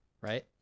right